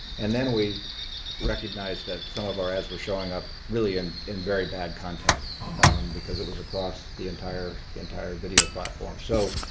and then, we recognized that some of our ads were showing up really and in very bad content because it was across the entire entire video platform. so